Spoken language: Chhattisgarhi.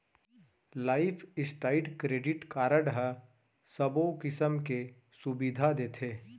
लाइफ स्टाइड क्रेडिट कारड ह सबो किसम के सुबिधा देथे